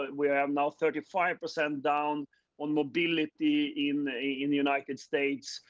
we have now, thirty five percent down on mobility in the in the united states,